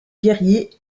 guerriers